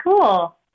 cool